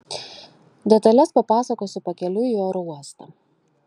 detales papasakosiu pakeliui į oro uostą